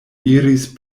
iris